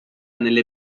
nelle